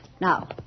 Now